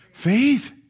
faith